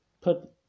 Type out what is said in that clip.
put